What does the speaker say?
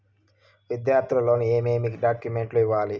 విద్యార్థులు లోను ఏమేమి డాక్యుమెంట్లు ఇవ్వాలి?